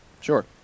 Sure